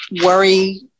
worry